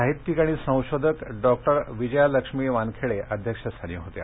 साहित्यिक आणि संशोधिक डॉक्टर विजयालक्ष्मी वानखेडे अध्यक्षस्थानी होत्या